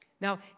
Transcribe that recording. Now